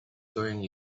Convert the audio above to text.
doing